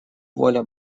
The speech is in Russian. воля